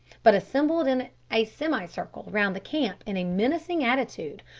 but assembled in a semicircle round the camp in a menacing attitude,